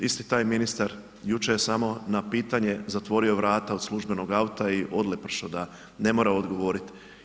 Isti taj ministar jučer samo na pitanje je zatvorio vrata od službenog auta i odlepršao da ne mora odgovoriti.